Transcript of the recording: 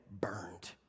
burned